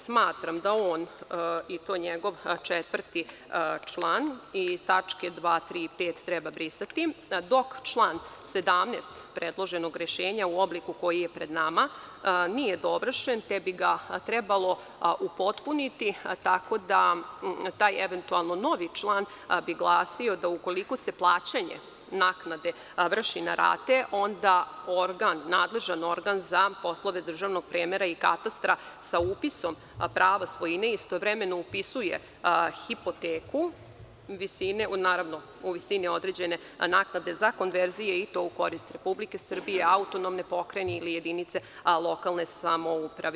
Smatram da on, i to njegov član 4. i tačke 2), 3) i 5) treba brisati, dok član 17. predloženog rešenja, u obliku koji je pred nama, nije dovršen, te bi ga trebalo upotpuniti tako da taj eventualno novi član bi glasio da ukoliko se plaćanje naknade vrši na rate, onda nadležan organ za poslove državnog premera i katastra sa upisom prava svojine istovremeno upisuje hipoteku, naravno, u visini određene naknade za konverzije i to u korist Republike Srbije, AP, ili jedinica lokalne samouprave.